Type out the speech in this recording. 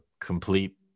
complete